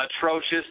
atrocious